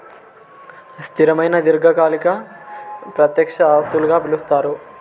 స్థిరమైన దీర్ఘకాలిక ప్రత్యక్ష ఆస్తులుగా పిలుస్తారు